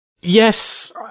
yes